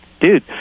dude